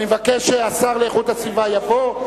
אני מבקש שהשר לאיכות הסביבה יבוא.